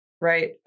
right